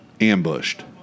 ambushed